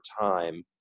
time